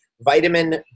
vitamin